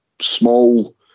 small